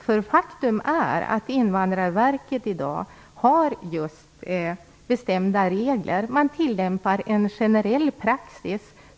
Faktum är att Invandrarverket i dag har just bestämda regler. Man tillämpar en generell praxis.